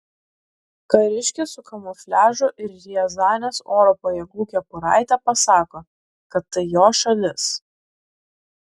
kariškis su kamufliažu ir riazanės oro pajėgų kepuraite pasako kad tai jo šalis